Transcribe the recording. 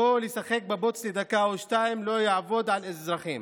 שלבוא לשחק בבוץ לדקה או שתיים לא יעבוד על אזרחים,